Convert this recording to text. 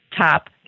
top